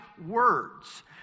words